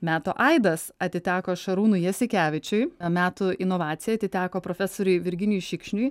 metų aidas atiteko šarūnui jasikevičiui metų inovacija atiteko profesoriui virginijui šikšniui